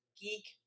Geek